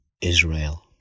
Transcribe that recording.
Israel